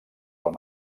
del